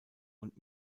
und